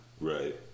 Right